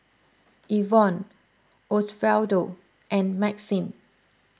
Evonne Osvaldo and Maxine